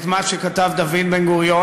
את מה שכתב דוד בן-גוריון,